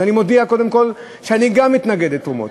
אז אני מודיע קודם כול שגם אני מתנגד לתרומות,